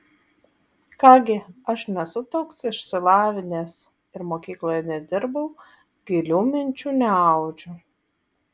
ką gi aš nesu toks išsilavinęs ir mokykloje nedirbau gilių minčių neaudžiu